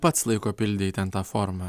pats laiko pildei ten tą formą